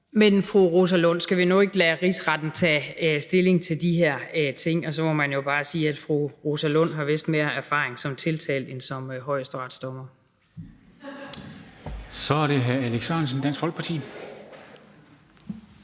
Men, fru Rosa Lund, skal vi nu ikke lade Rigsretten tage stilling til de her ting? Og så må man jo bare sige, at fru Rosa Lund vist har mere erfaring som tiltalt end som højesteretsdommer. Kl. 15:51 Formanden (Henrik